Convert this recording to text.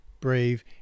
brave